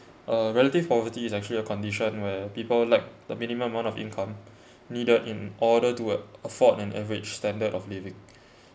uh relative poverty is actually a condition where people like the minimum amount of income needed in order to afford an average standard of living